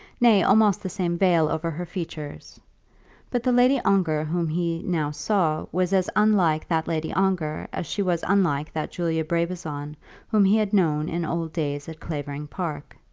nay, almost the same veil over her features but the lady ongar whom he now saw was as unlike that lady ongar as she was unlike that julia brabazon whom he had known in old days at clavering park.